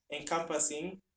encompassing